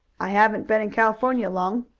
i haven't been in california long.